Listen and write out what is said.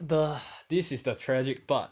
the this is the tragic part